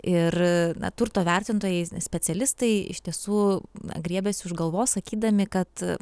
ir na turto vertintojai specialistai iš tiesų na griebėsi už galvos sakydami kad